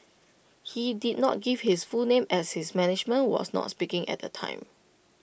he did not give his full name as his management was not speaking at the time